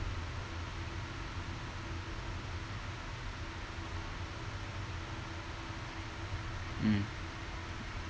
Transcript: mm